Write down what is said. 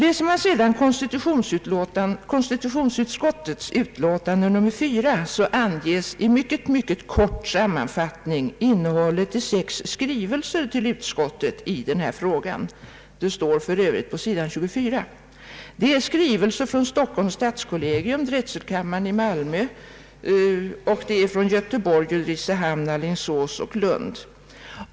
I konstitutionsutskottets utlåtande nr 44 anges i en mycket kort sammanfattning innehållet i sex skrivelser till utskottet i denna fråga. Det är skrivelser från Stockholms stadskollegium, drätselkammaren i Malmö, stadskollegiet i Göteborg, stadsfullmäktige i Ulricehamn samt i Alingsås och i Lund.